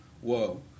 Whoa